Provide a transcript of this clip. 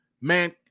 Man